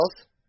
else